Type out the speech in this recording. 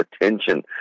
attention